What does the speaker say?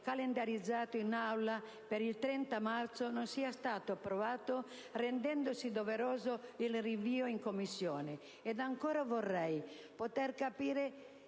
calendarizzato in Aula per il 30 marzo, non sia stato approvato rendendosi doveroso il rinvio in Commissione. Ed ancora vorrei capire